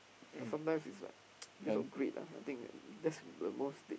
sometimes it's like because of greed ah I think that that's the most stake